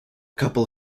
couple